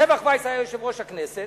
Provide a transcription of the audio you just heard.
שבח וייס היה יושב-ראש הכנסת,